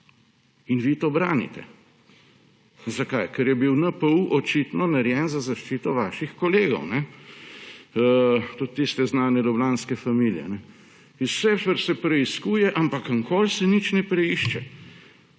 In vi to branite. Zakaj? Ker je bil NPU očitno narejen za zaščito vaših kolegov, tudi tiste znane ljubljanske familije. Vse se preiskuje, ampak nikoli se nič ne preišče.